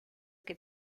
que